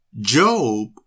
Job